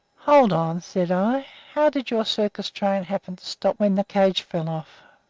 hold on, said i how did your circus train happen to stop when the cage fell off?